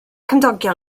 cymdogion